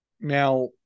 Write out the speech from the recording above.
now